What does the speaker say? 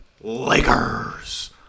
Lakers